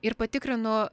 ir patikrinu